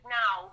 now